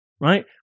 right